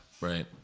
Right